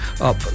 up